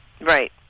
right